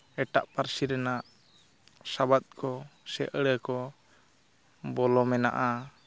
ᱮᱴᱟᱜ ᱯᱟᱹᱨᱥᱤ ᱨᱮᱱᱟᱜ ᱥᱟᱵᱟᱫ ᱠᱚ ᱥᱮ ᱟᱹᱲᱟᱹ ᱠᱚ ᱵᱚᱞᱚ ᱢᱮᱱᱟᱜᱼᱟ